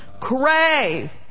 crave